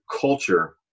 culture